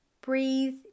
breathe